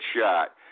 shot